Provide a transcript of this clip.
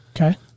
Okay